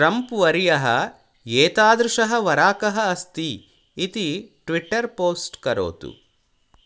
Trump वर्यः एतादृशः वराकः अस्ति इति ट्विटर् पोस्ट् करोतु